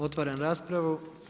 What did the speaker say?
Otvaram raspravu.